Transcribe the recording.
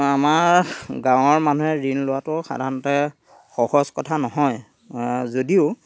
আমাৰ গাঁৱৰ মানুহে ঋণ লোৱাতো সাধাৰণতে সহজ কথা নহয় যদিও